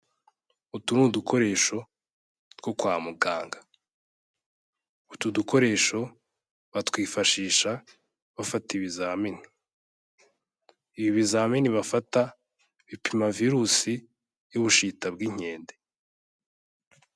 Utu ni udukoresho two kwa muganga, utu dukoresho batwifashisha bafata ibizamini, ibi bizamini bafata bipima Virusi y'Ubushita bw'Inkende.